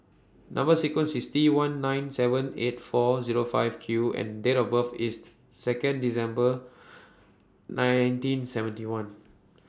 Number sequence IS T one nine seven eight four Zero five Q and Date of birth IS Second December nineteen seventy one